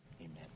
Amen